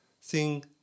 sing